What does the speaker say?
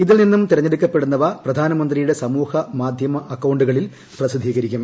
ഇതിൽ നിന്നും തെരഞ്ഞെടുക്കപ്പെടുന്നവ പ്രധാനമന്ത്രിയുടെ സമൂഹ മാധ്യമ അക്കൌണ്ടുകളിൽ ്പ്രസിദ്ധീകരിക്കും